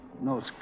No